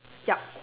yup